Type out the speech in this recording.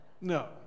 no